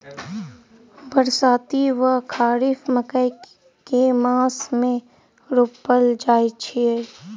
बरसाती वा खरीफ मकई केँ मास मे रोपल जाय छैय?